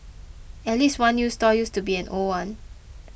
at least one new stall used to be an old one